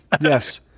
Yes